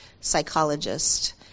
psychologist